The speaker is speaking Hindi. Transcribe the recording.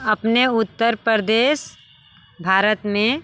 अपने उत्तर प्रदेश भारत में